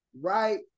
right